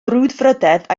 brwdfrydedd